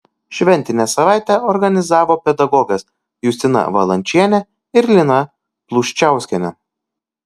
šventinę savaitę organizavo pedagogės justina valančienė ir lina pluščiauskienė